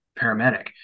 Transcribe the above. paramedic